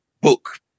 book